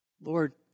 Lord